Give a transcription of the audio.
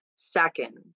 Second